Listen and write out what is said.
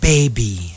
Baby